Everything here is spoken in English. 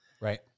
right